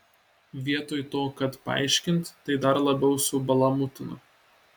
vietoj to kad paaiškint tai dar labiau subalamūtino